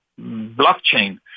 blockchain